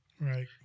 right